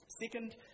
Second